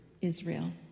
Israel